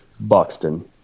Buxton